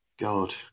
God